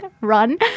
run